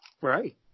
Right